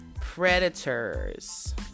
predators